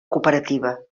cooperativa